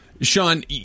Sean